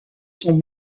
sont